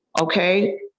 okay